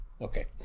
okay